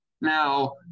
Now